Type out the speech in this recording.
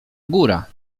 góra